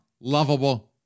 lovable